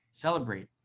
celebrate